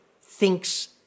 thinks